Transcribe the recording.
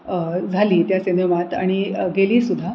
झाली त्या सिनेमात आणि गेलीसुद्धा